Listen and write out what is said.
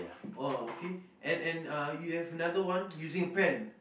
oh okay and and uh you have another one using pen